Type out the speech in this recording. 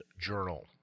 Journal